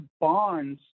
bonds